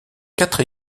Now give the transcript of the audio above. quatre